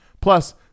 Plus